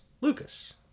Lucas